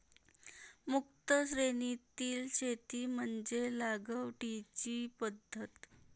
मुक्त श्रेणीतील शेती म्हणजे लागवडीची पद्धत